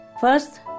First